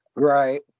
Right